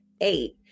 eight